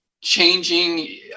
changing